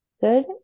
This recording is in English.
Good